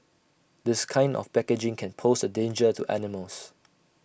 this kind of packaging can pose A danger to animals